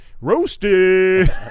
roasted